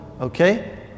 okay